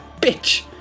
bitch